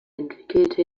entwickelte